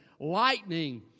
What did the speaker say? Lightning